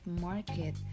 market